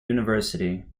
university